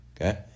okay